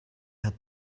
hat